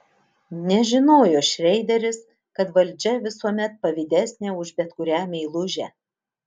nežinojo šreideris kad valdžia visuomet pavydesnė už bet kurią meilužę